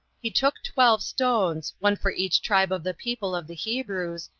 he took twelve stones, one for each tribe of the people of the hebrews,